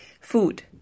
Food